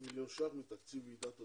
מיליון שקלים מתקציב ועידת התביעות.